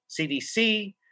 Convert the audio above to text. CDC